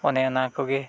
ᱚᱱᱮ ᱚᱱᱟ ᱠᱚᱜᱮ